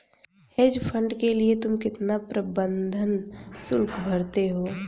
Hedge fund के लिए तुम कितना प्रबंधन शुल्क भरते हो?